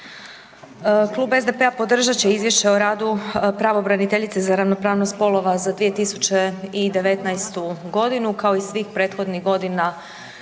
Klub SDP-a podržat će Izvješće o radu pravobraniteljice za ravnopravnost spolova za 2019. godinu kao i svih prethodnih godina